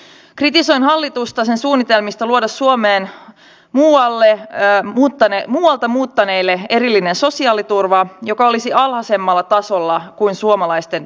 on tärkeätä että turvakotien määrärahaa on lisätty mutta siihen on olemassa myös sopimus istanbulin sopimus joka velvoittaa suomea lisäämään